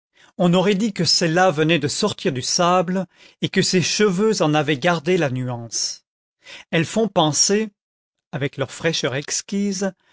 on aurait dit que celle-là venait de sortir du sable et que ses cheveux en avaient gardé la nuance elles font penser avec leur fraîcheur exquise